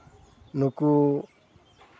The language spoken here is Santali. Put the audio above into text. ᱱᱩᱠᱩ